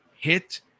hit